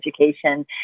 education